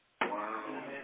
Wow